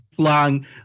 long